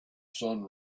sun